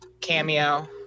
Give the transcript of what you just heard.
cameo